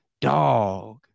Dog